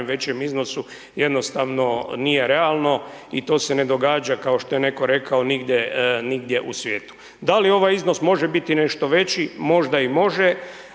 većem iznosu jednostavno nije realno i to se ne događa kao što je netko rekao, nigdje u svijetu. Da li ovaj iznos može biti i nešto veći, možda i može,